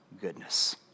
goodness